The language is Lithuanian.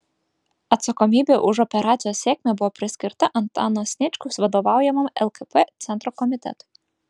atsakomybė už operacijos sėkmę buvo priskirta antano sniečkaus vadovaujamam lkp centro komitetui